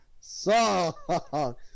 song